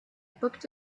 booked